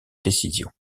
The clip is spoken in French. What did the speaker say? décision